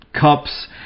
cups